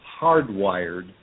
hardwired